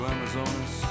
Amazonas